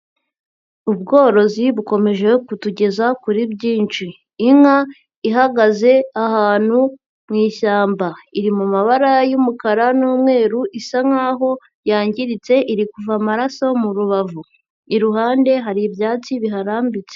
Ubworozi bukomeje kutugeza kuri byinshi. Inka ihagaze ahantu mu ishyamba, iri mu mabara y'umukara n'umweru isa nkaho yangiritse iri kuva amaraso mu rubavu. Iruhande hari ibyatsi biharambitse.